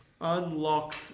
unlocked